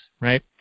right